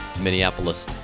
Minneapolis